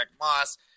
Moss